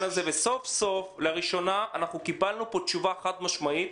הזה וסוף-סוף לראשונה קיבלנו פה תשובה חד-משמעית,